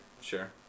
Sure